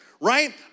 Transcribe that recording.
right